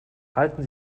halten